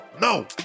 no